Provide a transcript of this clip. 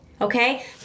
okay